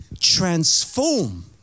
transform